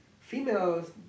females